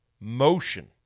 motion